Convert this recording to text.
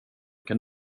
kan